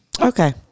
Okay